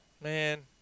Man